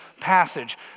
passage